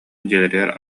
дьиэлэригэр